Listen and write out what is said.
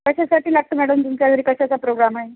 कशासाठी लागतं मॅडम तुमच्या घरी कशाचा प्रोग्राम आहे